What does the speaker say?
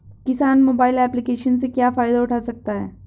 किसान mobile application से क्या फायदा उठा सकता है?